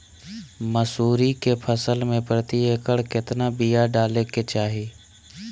मसूरी के फसल में प्रति एकड़ केतना बिया डाले के चाही?